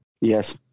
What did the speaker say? Yes